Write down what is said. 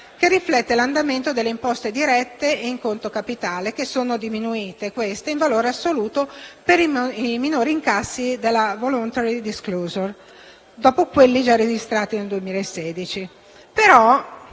che riflette l'andamento delle imposte dirette in conto capitale, che sono diminuite in valore assoluto per i minori incassi della *voluntary* *disclosure*, dopo quelli già registrati nel 2016.